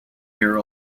year